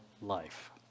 life